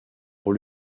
pour